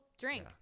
drink